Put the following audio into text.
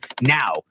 now